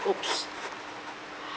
!oops!